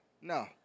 No